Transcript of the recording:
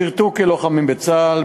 ושירתו כלוחמים בצה"ל,